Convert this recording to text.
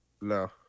No